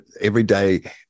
everyday